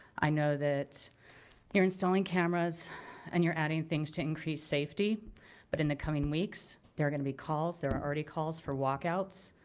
i know that you're installing cameras and you're adding things to increase safety but in the coming weeks there are gonna be calls, there are already calls for walk outs,